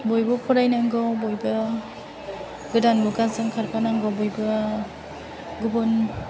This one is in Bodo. बयबो फरायनांगौ बयबो गोदान मुगाजों खारफानांगौ बयबो गुबुन